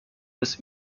bis